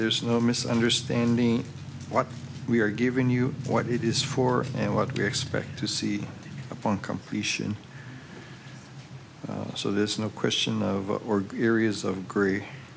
there is no misunderstanding what we are giving you what it is for and what we expect to see upon completion so there's no question of or areas of gree